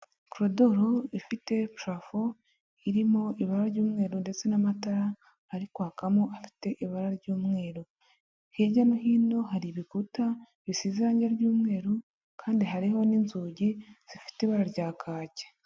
Korodoro ifite parafo irimo ibara ry'umweru ndetse n'amatara ari kwakamo afite ibara ry'umweru hirya no hino hari ibikuta bisize irangi ry'umweru kandi hariho n'inzugi zifite ibara rya kake.